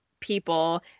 people